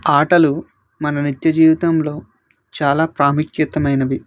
ఆటలు మన నిత్య జీవితంలో చాలా ప్రాముఖ్యమైనవి